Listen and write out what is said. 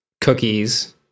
cookies